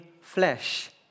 flesh